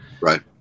Right